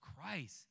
Christ